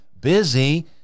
busy